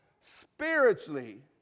Spiritually